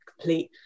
complete